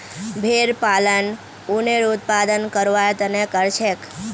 भेड़ पालन उनेर उत्पादन करवार तने करछेक